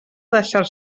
deixar